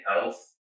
health